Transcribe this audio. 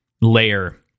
layer